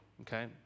Okay